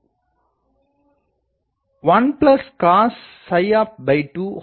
Pg 1cosopt2 24f2